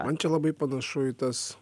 man čia labai panašu į tas